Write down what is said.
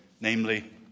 namely